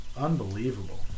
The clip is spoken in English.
unbelievable